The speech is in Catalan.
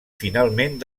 finalment